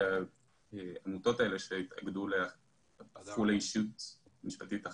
העמותות הלאה שהפכו לאישות משפטית אחת.